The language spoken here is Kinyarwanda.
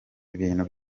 ibintu